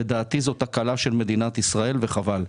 לדעתי זאת תקלה של מדינת ישראל וחבל.